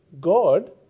God